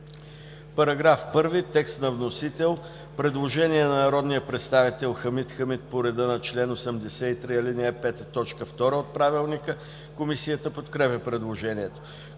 Параграф 5 – текст на вносител. Предложение на народния представител Хамид Хамид по реда на чл. 83, ал. 5, т. 2 от Правилника. Комисията подкрепя предложението.